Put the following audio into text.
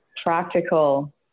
practical